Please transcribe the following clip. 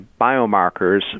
biomarkers